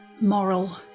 moral